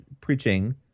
preaching